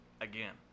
Again